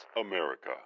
america